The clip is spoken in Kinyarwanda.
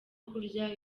kurya